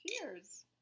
Cheers